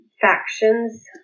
factions